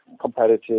competitive